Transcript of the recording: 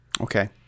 Okay